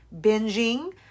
binging